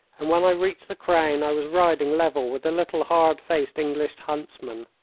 and when i reached the crown i was riding level with the little, hard-faced english huntsman.